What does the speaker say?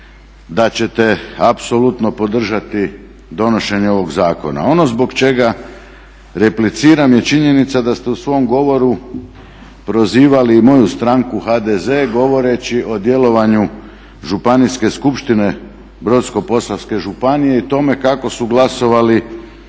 da ćete apsolutno podržati donošenje ovog zakona. Ono zbog čega repliciram je činjenica da ste u svom govoru prozivali i moju stranku HDZ govoreći o djelovanju Županijske skupštine Brodsko-posavske županije i tome kako su glasovali